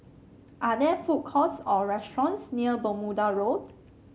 are there food courts or restaurants near Bermuda Road